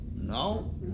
no